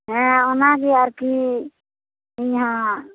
ᱦᱮᱸ ᱚᱱᱟᱜᱮ ᱟᱨᱠᱤ ᱤᱧ ᱦᱟᱸᱜ